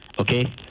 okay